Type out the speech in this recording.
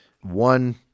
One